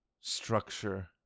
structure